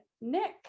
Nick